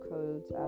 Codes